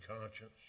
conscience